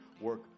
work